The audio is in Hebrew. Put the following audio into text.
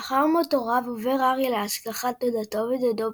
לאחר מות הוריו עובר הארי להשגחת דודתו ודודו,